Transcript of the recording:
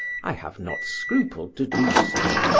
i have not scrupled to do so.